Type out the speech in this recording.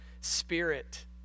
spirit